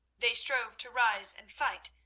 they strove to rise and fight,